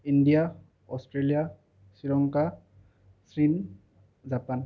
India Australia Sri Lanka চীন Japan